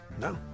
No